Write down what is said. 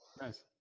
Nice